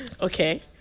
Okay